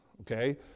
Okay